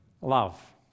Love